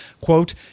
quote